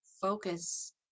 focus